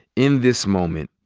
in this moment,